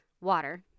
water